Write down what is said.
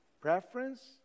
Preference